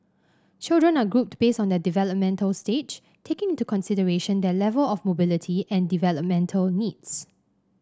children are grouped based on their developmental stage taking into consideration their level of mobility and developmental needs